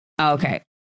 Okay